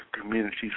communities